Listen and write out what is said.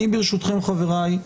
ברשותכם, חבריי,